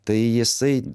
tai jisai